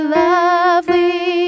lovely